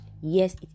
yes